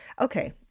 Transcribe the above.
Okay